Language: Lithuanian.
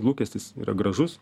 lūkestis yra gražus